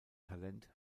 talent